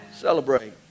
Celebrate